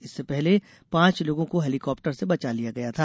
इससे पहले पांच लोगों को पहले ही हेलीकाप्टर से बचा लिया गया था